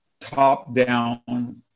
top-down